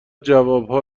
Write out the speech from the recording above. جوابها